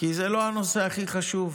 כי זה לא הנושא הכי חשוב,